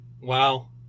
Wow